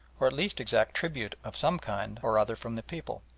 or at least exact tribute of some kind or other from the people.